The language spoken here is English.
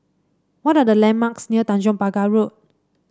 what are the landmarks near Tanjong Pagar Road